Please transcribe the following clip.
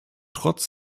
trotz